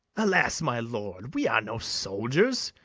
alas, my lord, we are no soldiers!